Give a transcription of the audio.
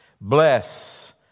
Bless